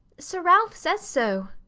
sir ralph says so.